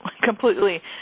completely